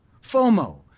FOMO